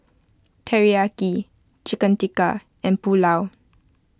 Teriyaki Chicken Tikka and Pulao